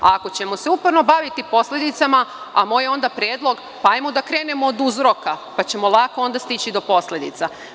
Ako ćemo se uporno baviti posledicama, moj je onda predlog – hajdemo da krenemo od uzroka, pa ćemo lako onda stići do posledica.